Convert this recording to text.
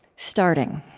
starting